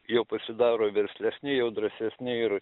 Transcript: jau pasidaro verslesni jau drąsesni ir